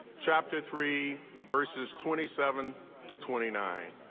chapter three, verses twenty seven to twenty nine.